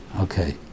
Okay